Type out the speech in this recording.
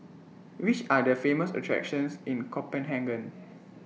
Which Are The Famous attractions in Copenhagen